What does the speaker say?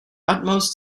utmost